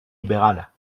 libérales